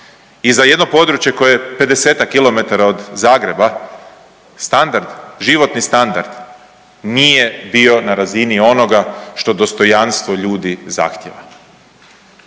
i za jedno područje koje je 50-ak kilometara od Zagreba standard, životni standard nije bio na razini onoga što dostojanstvo ljudi zahtjeva.